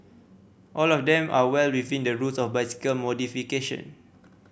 all of them are well within the rules of bicycle modification